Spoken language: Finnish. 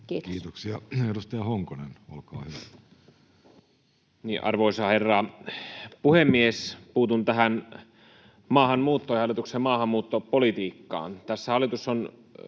Kiitoksia. — Edustaja Honkonen, olkaa hyvä. Arvoisa herra puhemies! Puutun tähän maahanmuuttoon ja hallituksen maahanmuuttopolitiikkaan: Tässä hallitus on